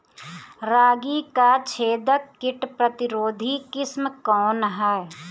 रागी क छेदक किट प्रतिरोधी किस्म कौन ह?